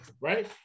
right